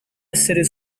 essere